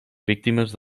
víctimes